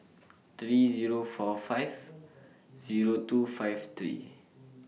three Zero four five Zero two five three